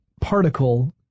particle